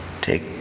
take